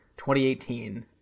2018